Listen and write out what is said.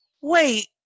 Wait